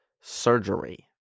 surgery